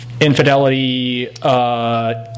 infidelity